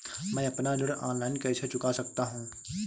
मैं अपना ऋण ऑनलाइन कैसे चुका सकता हूँ?